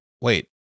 wait